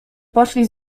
poszli